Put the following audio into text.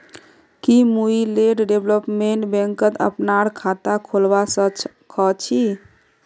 की मुई land development बैंकत अपनार खाता खोलवा स ख छी?